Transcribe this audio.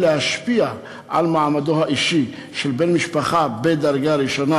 להשפיע על מעמדו האישי של בן משפחה בדרגה ראשונה,